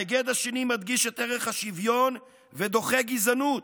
ההיגד השני מדגיש את ערך השוויון ודוחה גזענות: